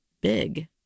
big